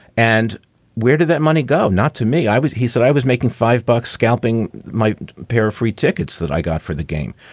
and where did that money go? not to me. i was he said i was making five bucks scalping my pair of free tickets that i got for the game.